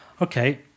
Okay